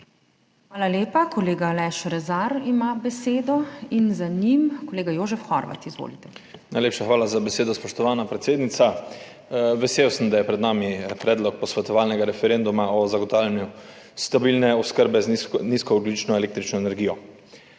Hvala lepa. Kolega Aleš Rezar ima besedo in za njim kolega Jožef Horvat. Izvolite. **ALEŠ REZAR (PS Svoboda):** Najlepša hvala za besedo, spoštovana predsednica. Vesel sem, da je pred nami Predlog za razpis posvetovalnega referenduma o zagotavljanju stabilne oskrbe z nizkoogljično električno energijo.